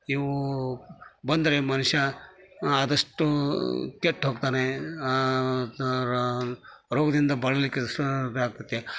ಇವು ಬಂದರೆ ಮನುಷ್ಯ ಆದಷ್ಟು ಕೆಟ್ಟು ಹೋಗ್ತಾನೆ ರೋಗದಿಂದ ಬಳಲಿಕ್ಕೆ ಸೂರು ಆಕ್ತೈತಿ